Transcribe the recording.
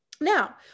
Now